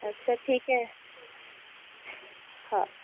अच्छा ठिके हो